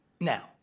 Now